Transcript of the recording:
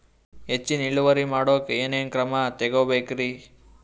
ಹೆಚ್ಚಿನ್ ಇಳುವರಿ ಮಾಡೋಕ್ ಏನ್ ಏನ್ ಕ್ರಮ ತೇಗೋಬೇಕ್ರಿ?